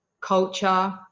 culture